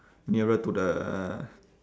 nearer to the